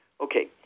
Okay